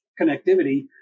connectivity